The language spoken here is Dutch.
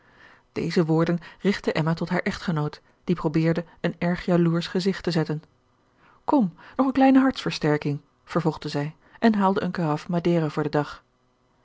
deze woorden rigtte emma tot haren echtgenoot die probeerde een erg jaloersch gezigt te zetten kom nog eene kleine hartversterking vervolgde zij en haalde een karaf madera voor den dag